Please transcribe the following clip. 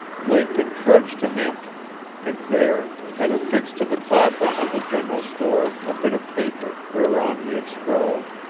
link had trudged to hampton and, there, had affixed to the clapboards of the general store a bit of paper whereon he had scrawled